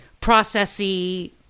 processy